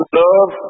love